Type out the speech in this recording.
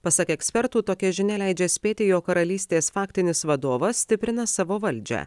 pasak ekspertų tokia žinia leidžia spėti jog karalystės faktinis vadovas stiprina savo valdžią